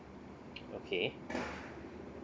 okay